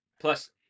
Plus